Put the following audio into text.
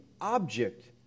object